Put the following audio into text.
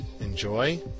enjoy